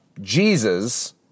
Jesus